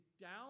down